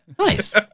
nice